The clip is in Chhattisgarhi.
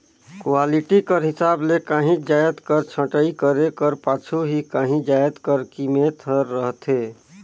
क्वालिटी कर हिसाब ले काहींच जाएत कर छंटई करे कर पाछू ही काहीं जाएत कर कीमेत हर रहथे